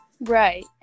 right